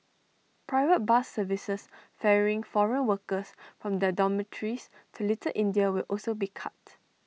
private bus services ferrying foreign workers from their dormitories to little India will also be cut